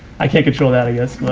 i can't control that i guess.